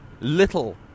little